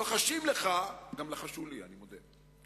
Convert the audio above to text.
לוחשים לך, לחשו גם לי, אני מודה,